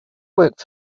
work